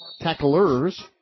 tacklers